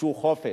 ביקשו חופש,